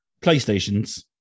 PlayStations